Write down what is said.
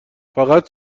فقط